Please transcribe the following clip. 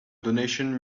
donation